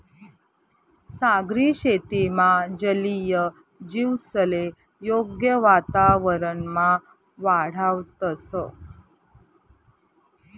सागरी शेतीमा जलीय जीवसले योग्य वातावरणमा वाढावतंस